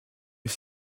est